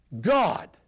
God